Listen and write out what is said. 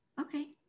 Okay